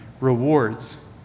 rewards